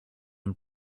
and